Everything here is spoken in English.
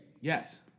Yes